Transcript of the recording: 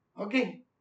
Okay